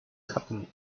cuddly